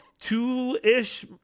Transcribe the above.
two-ish